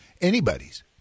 anybody's